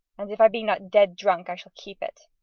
and if i be not dead drunk i shall keep it.